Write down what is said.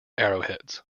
arrowheads